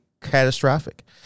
catastrophic